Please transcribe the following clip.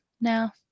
now